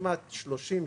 כמעט 30 שנה,